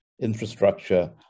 Infrastructure